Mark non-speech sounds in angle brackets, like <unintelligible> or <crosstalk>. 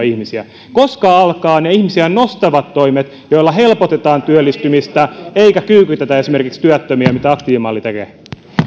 <unintelligible> ihmisiä koska alkavat ne ihmisiä nostavat toimet joilla helpotetaan työllistymistä eikä kyykytetä esimerkiksi työttömiä mitä aktiivimalli tekee